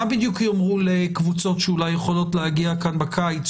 מה בדיוק יאמרו לקבוצות שאולי יכולות להגיע לכאן בקיץ,